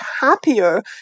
happier